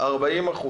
40%,